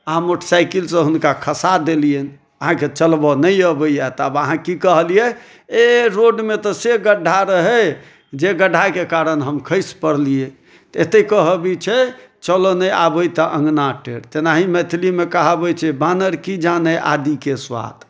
अहाँ मोटरसाइकलसंँ हुनका खसा देलिअनि अहाँकेँ चलबऽ नहि अबैया तऽ आब अहाँ की कहलियै एऽ रोडमे तऽ से गढ्ढा रहै जे गढ्ढाके कारण हम खसि पड़लियै तऽ एतऽ कहबी छै जे चलऽ नहि आबै तऽ अङ्गना टेढ़ तेनाही मैथिलीमे कहावत छै बानर की जाने आदिके स्वाद